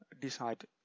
decide